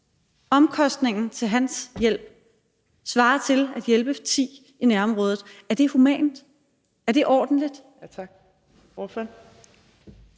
eksempelvis i Aarhus, svarer til at hjælpe ti i nærområdet. Er det er humant? Er det ordentligt?